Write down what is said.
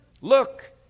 Look